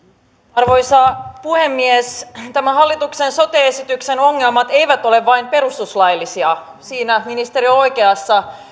arvoisa puhemies nämä hallituksen sote esityksen ongelmat eivät ole vain perustuslaillisia siinä ministeri on oikeassa